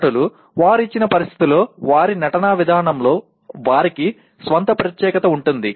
నటులు వారు ఇచ్చిన పరిస్థితిలో వారి నటనా విధానంలో వారికి స్వంత ప్రత్యేకత ఉంటుంది